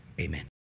amen